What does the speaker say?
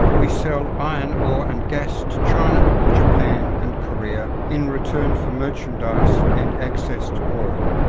we sell iron ore and gas to china, japan and korea in return for merchandise, and access to oil.